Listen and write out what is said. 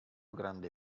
grande